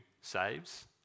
saves